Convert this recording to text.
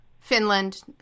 Finland